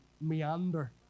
meander